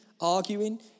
arguing